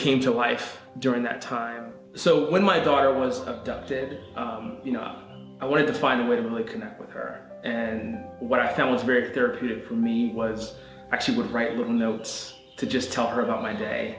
came to life during that time so when my daughter was abducted you know i wanted to find a way to really connect with her and what i tell is very therapeutic for me was actually would write little notes to just tell her about my